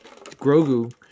Grogu